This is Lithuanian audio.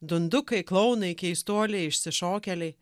dundukai klounai keistuoliai išsišokėliai